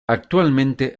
actualmente